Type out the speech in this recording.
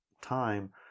time